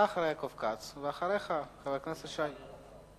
אתה אחרי יעקב כץ, ואחריך חבר הכנסת שי.